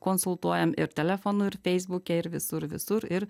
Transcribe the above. konsultuojam ir telefonu ir feisbuke ir visur visur ir